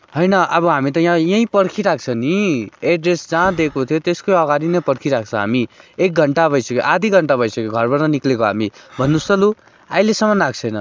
होइन अब हामी त यहाँ यहीँ पर्खिरहेको छ नि एड्रेस जहाँ दिएको थियो त्यसकै अगाडि नै पर्खिरहेको छ हामी एक घन्टा भइसक्यो आधा घन्टा भइसक्यो घरबाट निक्लेको हामी भन्नुस् त लु अहिलेसम्म आएको छैन